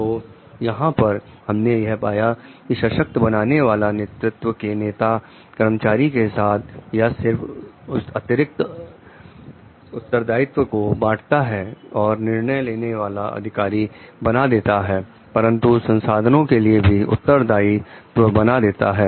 तो यहां पर हमने यह पाया कि सशक्त बनाने वाला नेतृत्व में नेता कर्मचारी के साथ ना सिर्फ अतिरिक्त अतिरिक्त उत्तरदायित्व को बांटता है और निर्णय लेने वाला अधिकारी बना देता है परंतु संसाधनों के लिए भी उत्तरदायित्व बना देता है